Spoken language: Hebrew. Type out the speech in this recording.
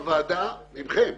עדיף שרגולטור,